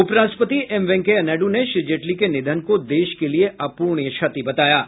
उपराष्ट्रपति एम वेंकैया नायडू ने श्री जेटली के निधन को देश के लिए अपूरणीय क्षति बताया है